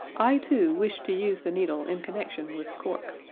i too wish to use the needle in connection with cork.